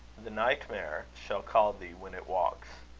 the nightmare shall call thee when it walks.